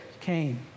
came